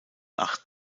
acht